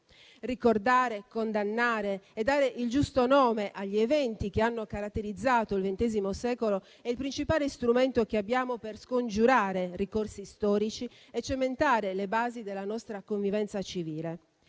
Ricordare, condannare e dare il giusto nome agli eventi che hanno caratterizzato il XX secolo è il principale strumento che abbiamo per scongiurare ricorsi storici e cementare le basi della nostra convivenza civile.